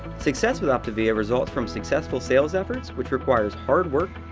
success with optavia results from successful sales efforts, which requires hard work,